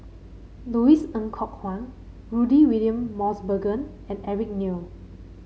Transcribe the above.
Louis Ng Kok Kwang Rudy William Mosbergen and Eric Neo